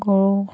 গৰু